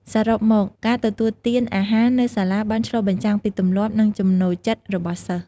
សរុបមក ការទទួលទានអាហារនៅសាលាបានឆ្លុះបញ្ចាំងពីទម្លាប់ និងចំណូលចិត្តរបស់សិស្ស។